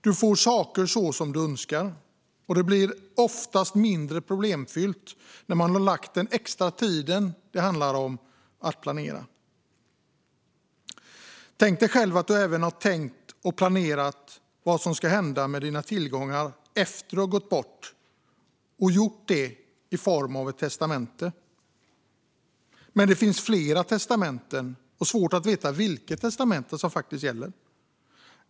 Man får saker som man önskar, och det blir oftast mindre problemfyllt när man tagit sig den extra tiden att planera. Tänk dig själv att du även har tänkt och planerat vad som ska hända med dina tillgångar efter att du gått bort och att du har upprättat ett testamente. Men om det finns flera testamenten kan det vara svårt att veta vilket som gäller.